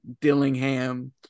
Dillingham